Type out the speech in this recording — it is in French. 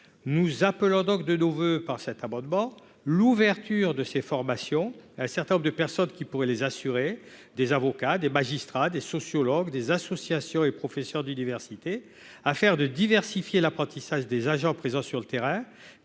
nous appelons donc de nos voeux l'ouverture de ces formations à un certain nombre de professionnels qui pourraient les assurer- avocats, magistrats, sociologues, associations et professeurs d'université -, afin de diversifier l'apprentissage des agents présents sur le terrain,